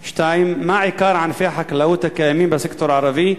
2. מה עיקר ענפי החקלאות הקיימים בסקטור הערבי?